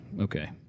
okay